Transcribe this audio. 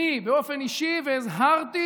אני באופן אישי, והזהרתי